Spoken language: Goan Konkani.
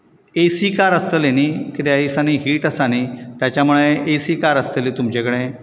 ए सी कार आसतलें न्ही कित्याक ह्या दिसांनी हीट आसा न्ही त्याचामुळे एसी कार आसतली तुमचे कडेन